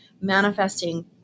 manifesting